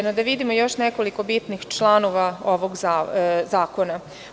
Hajde da vidimo još nekoliko bitnih članova ovog zakona.